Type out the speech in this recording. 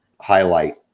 highlight